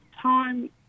time